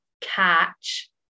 catch